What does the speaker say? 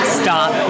stop